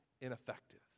ineffective